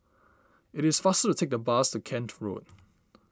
it is faster to take the bus to Kent Road